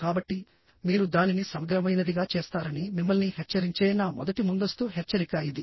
కాబట్టి మీరు దానిని సమగ్రమైనదిగా చేస్తారని మిమ్మల్ని హెచ్చరించే నా మొదటి ముందస్తు హెచ్చరిక ఇది